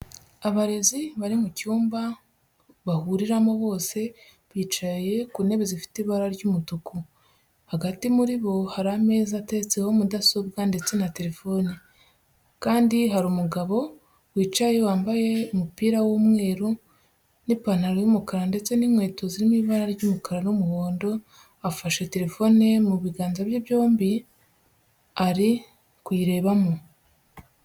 Abarezi bari mu cyumba bahuriramo bose bicaye ku ntebe zifite ibara ry'umutuku. Hagati muri bo hari ameza ateretseho mudasobwa ndetse na telefone, kandi hari umugabo wicaye wambaye umupira w'umweru n'ipantaro y'umukara ndetse n'inkweto ziri mu ibara ry'umukara n'umuhondo, afashe telefone ye mu biganza bye byombi ari kuyirebamo.